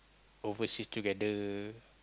overseas together